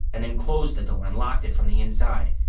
and then closed the door and locked it from the inside.